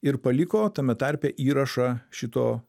ir paliko tame tarpe įrašą šito